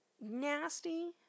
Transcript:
nasty